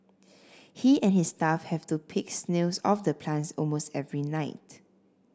he and his staff have to pick snails off the plants almost every night